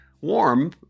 warm